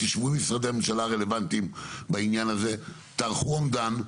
תשבו עם משרדי הממשלה הרלוונטיים בעניין הזה ותערכו אומדן.